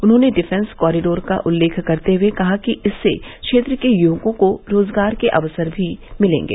उन्होंने defence corridor का उल्लेख करते हुए कहा कि इससे क्षेत्र के युवकों को रोजगार के अवसर भी मिलेंगे